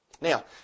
Now